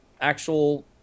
actual